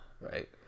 Right